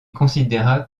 considéra